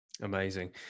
Amazing